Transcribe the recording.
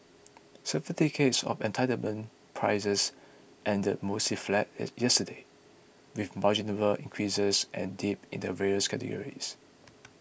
Certificates of Entitlement prices ended mostly flat yesterday with marginal increases and dips in the various categories